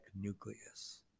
nucleus